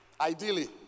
Ideally